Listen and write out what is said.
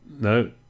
No